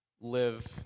live